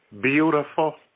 beautiful